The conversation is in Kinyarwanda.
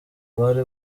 bari